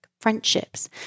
friendships